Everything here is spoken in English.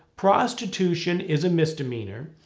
prostitution is a misdemeanor.